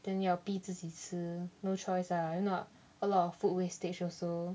then 要别逼自己吃 no choice lah if not a lot of food wastage also